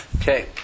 Okay